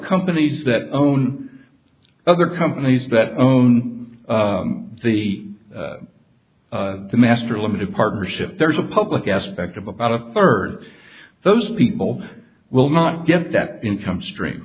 companies that own other companies that own the the master limited partnership there's a public aspect of about a third of those people will not get that income stre